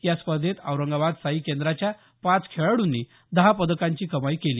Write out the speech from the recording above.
या स्पर्धेत औरंगाबाद साई केंद्राच्या पाच खेळाडूंनी दहा पदकांची कमाई केली